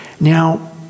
Now